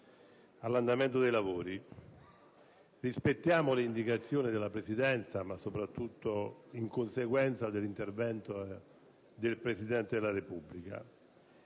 sull'andamento dei lavori. Rispettiamo le indicazioni della Presidenza, soprattutto in conseguenza dell'intervento del Presidente della Repubblica,